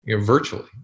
virtually